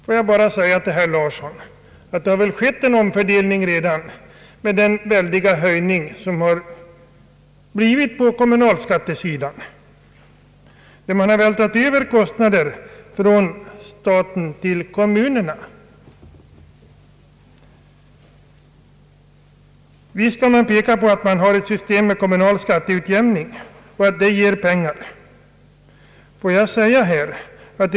Jag vill bara säga till herr Larsson att en omfördelning redan har skett i och med den väldiga höjning som ägt rum på kommunalskattesidan. Visst kan man peka på att det finns ett system med kommunal skatteutjämning som ger pengar till kommunerna.